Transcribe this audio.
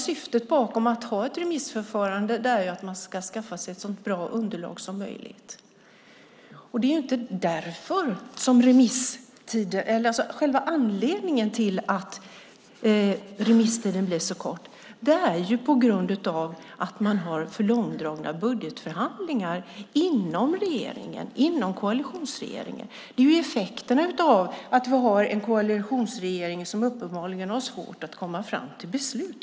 Syftet med att ha ett remissförfarande är att man ska skaffa sig ett så bra underlag som möjligt. Själva anledningen till att remisstiden blir så kort är att man har för långdragna budgetförhandlingar inom koalitionsregeringen. Det är effekterna av att vi har en koalitionsregering som uppenbarligen har svårt att komma fram till beslut.